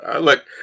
Look